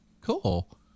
Cool